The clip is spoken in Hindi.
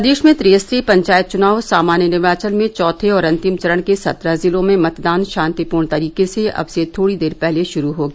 प्रदेश में त्रिस्तरीय पंचायत चुनाव सामान्य निर्वाचन में चौथे और अंतिम चरण के सत्रह जिलों में मतदान शांतिपूर्ण तरीके से अब से थोड़ी देर पहले शुरू हो गया